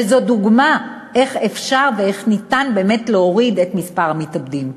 וזאת דוגמה איך אפשר ואיך ניתן באמת להוריד את מספר המתאבדים.